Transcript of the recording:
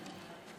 תודה רבה.